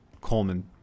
Coleman